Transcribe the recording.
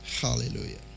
Hallelujah